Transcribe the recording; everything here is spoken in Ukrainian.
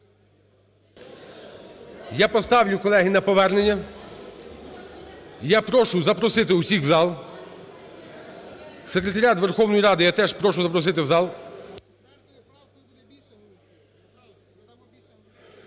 Я поставлю, колеги, на повернення. Я прошу запросити всіх в зал. Секретаріат Верховної Ради я теж прошу запросити в зал.